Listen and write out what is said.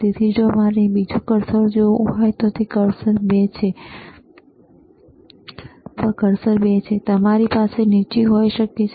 તેથી જો મારે બીજું કર્સર જોઈએ છે તો કર્સર 2 જુઓ તમારી પાસે નીચે હોઈ શકે છે